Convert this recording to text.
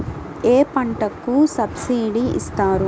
ఏ పంటకు సబ్సిడీ ఇస్తారు?